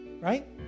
right